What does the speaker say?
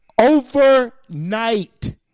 overnight